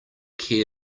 care